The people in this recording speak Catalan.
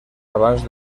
abans